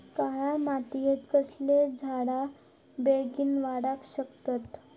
काळ्या मातयेत कसले झाडा बेगीन वाडाक शकतत?